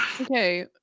okay